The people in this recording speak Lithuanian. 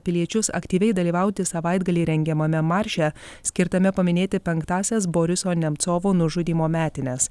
piliečius aktyviai dalyvauti savaitgalį rengiamame marše skirtame paminėti penktąsias boriso nemcovo nužudymo metines